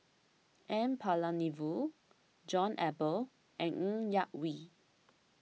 N Palanivelu John Eber and Ng Yak Whee